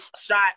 shot